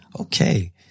Okay